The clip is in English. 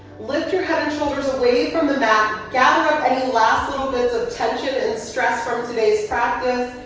lift your head and shoulders away from the mat. gather up any last little bits of tension and stress from today's practice.